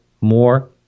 more